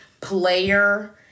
player